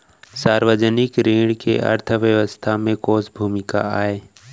सार्वजनिक ऋण के अर्थव्यवस्था में कोस भूमिका आय?